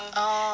orh